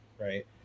Right